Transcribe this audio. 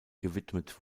gewidmet